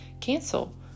Cancel